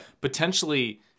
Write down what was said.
potentially